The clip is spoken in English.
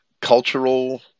cultural